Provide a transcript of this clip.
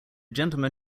gentleman